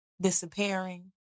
disappearing